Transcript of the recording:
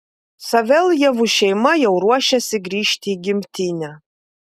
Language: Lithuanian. saveljevų šeima jau ruošiasi grįžti į gimtinę